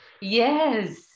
Yes